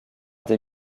des